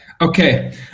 Okay